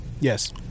Yes